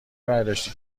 برداشتی